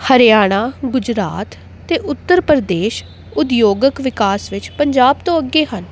ਹਰਿਆਣਾ ਗੁਜਰਾਤ ਅਤੇ ਉੱਤਰ ਪ੍ਰਦੇਸ਼ ਉਦਯੋਗਿਕ ਵਿਕਾਸ ਵਿੱਚ ਪੰਜਾਬ ਤੋਂ ਅੱਗੇ ਹਨ